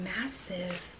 massive